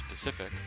specific